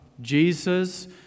Jesus